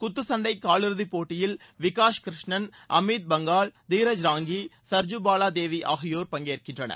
குத்துச்சண்டை காலிறுதி போட்டியில் விகாஷ் கிருஷ்ணன் அமீத் பங்கால் தீரஜ் ராங்கி சா்ஜூ பாலா தேவி ஆகியோர் பங்கேற்கின்றனர்